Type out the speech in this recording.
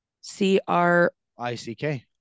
C-R-I-C-K